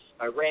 Iran